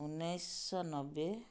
ଉଣେଇଶ ନବେ